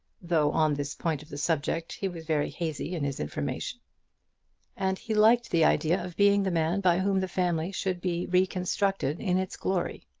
though on this point of the subject he was very hazy in his information and he liked the idea of being the man by whom the family should be reconstructed in its glory.